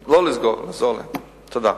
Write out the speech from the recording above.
תודה.